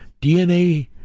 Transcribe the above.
DNA